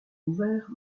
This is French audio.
ouvert